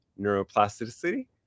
neuroplasticity